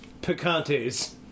Picantes